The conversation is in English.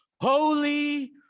Holy